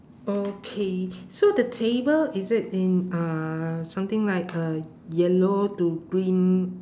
okay so the table is it in uh something like uh yellow to green